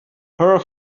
her